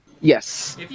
Yes